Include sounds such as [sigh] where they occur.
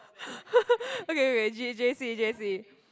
[laughs] okay wait J j_c j_c